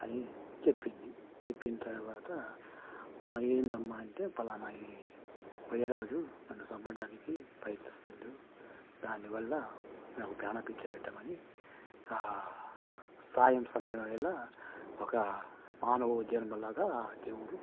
అని చెప్పింది చెప్పిన తర్వాత ఏంటమ్మా అంటే పలానా ఈ కొయ్యరాజు నన్ను చంపడానికి పైకి వస్తుండు దానివల్ల నాకు ప్రాణ భిక్ష పెట్టమని ఆ సాయం సమయం వేళ ఒక మానవ జన్మలాగా దేవుడు